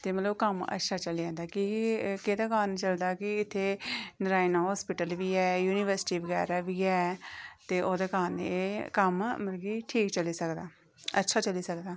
ते मतलब कम्म अच्छा चली जंदा कि केह्दे कारण चलदा कि इत्थै नारायणा हास्पिटल बी ऐ युनिवर्सिटी बगैरा बी ऐ ते ओह्दे कारण एह् कम्म मतलब कि ठीक चली सकदा अच्छा चली सकदा